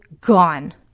gone